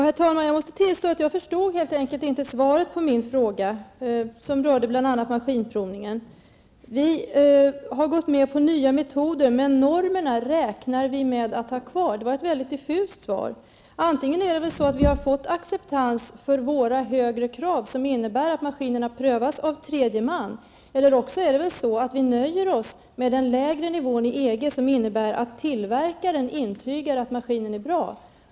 Herr talman! Jag måste tillstå att jag helt enkelt inte förstod svaret på min fråga, som rörde bl.a. maskinprovningen. Vi har gått med på nya metoder, men normerna räknar vi med att ha kvar, sade Ulf Dinkelspiel. Det var ett väldigt diffust svar. Antingen har vi fått acceptans för våra högre krav som innebär att maskinerna prövas av tredje man, eller också nöjer vi oss med den lägre nivå som gäller inom EG och som innebär att tillverkaren intygar att maskinen är bra.